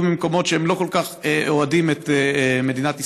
יהיו ממקומות שלא כל כך אוהדים את מדינת ישראל,